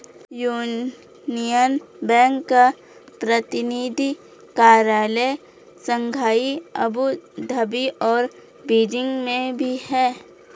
union Bank का प्रतिनिधि कार्यालय शंघाई अबू धाबी और बीजिंग में भी है